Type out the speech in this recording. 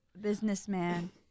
businessman